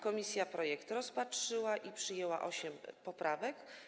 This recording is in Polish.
Komisja projekt rozpatrzyła i przyjęła osiem poprawek.